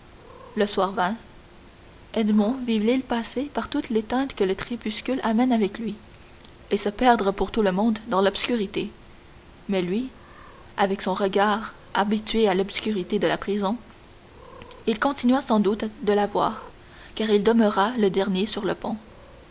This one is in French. le soir vint edmond vit l'île passer par toutes les teintes que le crépuscule amène avec lui et se perdre pour tout le monde dans l'obscurité mais lui avec son regard habitué à l'obscurité de la prison il continua sans doute de la voir car il demeura le dernier sur le pont